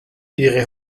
ihre